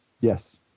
Yes